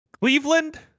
Cleveland